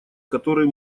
который